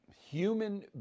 human